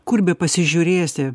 kur bepasižiurėsi